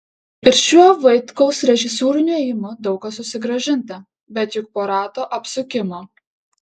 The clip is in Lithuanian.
ir šiuo vaitkaus režisūriniu ėjimu daug kas susigrąžinta bet juk po rato apsukimo